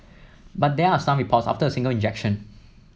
but there are some reports after a single injection